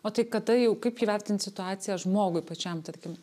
o tai kada jau kaip įvertint situaciją žmogui pačiam tarkim